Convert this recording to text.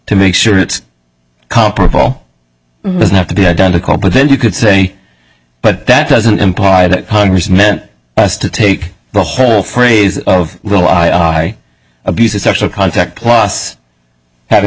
to make sure it's comparable doesn't have to be identical but then you could say but that doesn't imply that congress meant to take the whole phrase of well i abuses sexual contact plus having